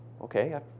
okay